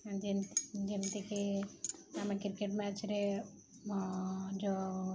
ଯେ ଯେମିତିକି ଆମେ କ୍ରିକେଟ ମ୍ୟାଚରେ ଯୋଉ